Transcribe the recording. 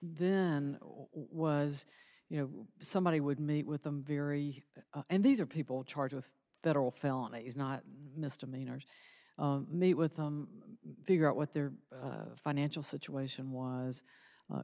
then was you know somebody would meet with them very and these are people charged with federal felony is not misdemeanors meet with figure out what their financial situation was